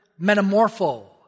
metamorpho